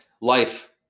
life